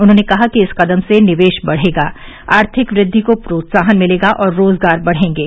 उन्होंने कहा कि इस कदम से निवेश बढ़ेगा आर्थिक वृद्धि को प्रोत्साहन मिलेगा और रोजगार बढ़ेंगे